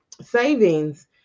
savings